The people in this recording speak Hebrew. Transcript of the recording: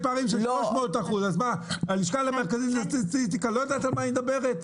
פערים של 300%. אז היא לא יודעת על מה היא מדברת?